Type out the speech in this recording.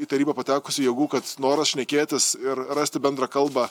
į tarybą patekusių jėgų kad noras šnekėtis ir rasti bendrą kalbą